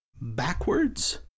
backwards